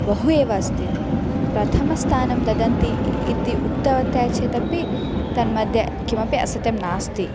बहु एव अस्ति प्रथमं स्थानं ददन्ति इति उक्तवती चेदपि तन्मध्ये किमपि असत्यं नास्ति